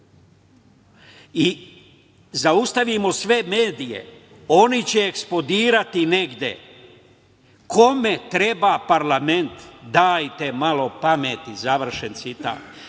i zaustavimo sve medije, oni će eksplodirati negde. Kome treba parlament, dajte malo pameti?“.Poštovani